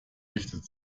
richtet